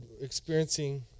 experiencing